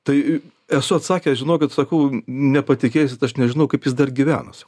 tai esu atsakęs žinokit sakau nepatikėsit aš nežinau kaip jis dar gyvena